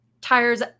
tires